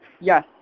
Yes